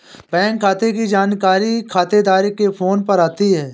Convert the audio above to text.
bank खाते की जानकारी खातेदार के फोन पर आती है